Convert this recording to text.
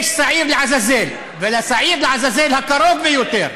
יש שעיר לעזאזל, והשעיר לעזאזל הקרוב ביותר,